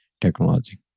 technology